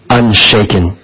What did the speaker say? unshaken